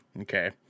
Okay